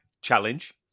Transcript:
challenge